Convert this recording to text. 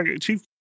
Chief